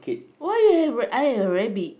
why you have r~ I have rabbit